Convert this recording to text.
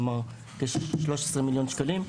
כלומר כ-13 מיליון שקלים.